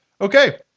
Okay